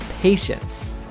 patience